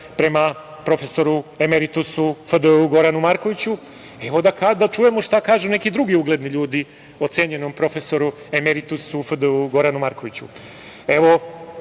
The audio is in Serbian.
prema profesoru emeritusu FDU, Goranu Markoviću, evo da čujemo šta kažu neki drugi ugledni ljudi o cenjenom profesoru emeritusu FDU, Goranu Markoviću. Evo,